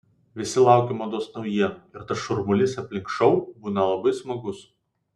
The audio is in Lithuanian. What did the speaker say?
visi laukia mados naujienų ir tas šurmulys aplink šou būna labai smagus